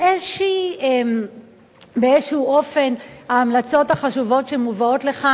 באיזה אופן ההמלצות החשובות שמובאות לכאן,